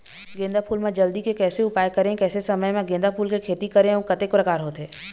गेंदा फूल मा जल्दी के कैसे उपाय करें कैसे समय मा गेंदा फूल के खेती करें अउ कतेक प्रकार होथे?